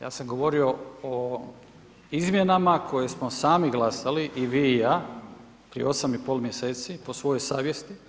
Ja sam govorio o izmjenama koje smo sami glasali i vi i ja prije 8 i pol mjeseci po svojoj savjesti.